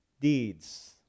deeds